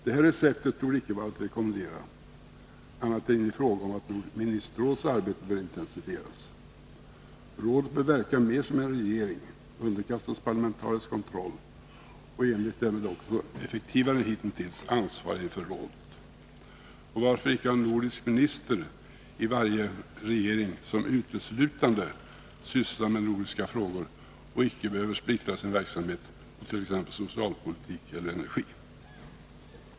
Det här receptet torde icke vara att rekommendera annat än i fråga om att Ministerrådets arbete bör intensifieras. Rådet bör verka mer som en regering och underkastas parlamentarisk kontroll samt i enlighet därmed också effektivare än hittills ansvara inför rådet. Och varför icke ha en nordisk minister i varje regering som uteslutande sysslar med nordiska frågor och icke behöver splittra sin verksamhet på t.ex. socialpoltik eller energi?